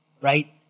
right